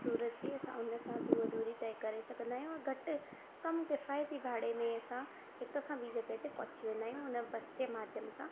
सूरत जी असां उन सां बि वो दूरी तय करे सघंदा आहियूं ऐं घटि कम किफ़ाइती भाड़े में असां हिकु खां ॿी जॻह ते पहुची वेंदा आहियूं हुन बस जे माध्यम सां